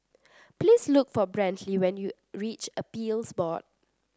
please look for Brantley when you reach Appeals Board